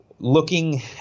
Looking